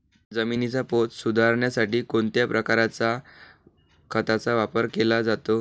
जमिनीचा पोत सुधारण्यासाठी कोणत्या प्रकारच्या खताचा वापर केला जातो?